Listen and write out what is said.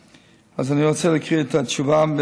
אז אני רוצה להקריא את התשובה.